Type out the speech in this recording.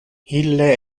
ille